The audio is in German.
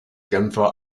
genfer